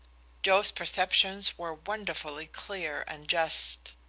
joe's perceptions were wonderfully clear and just.